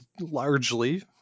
largely